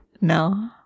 No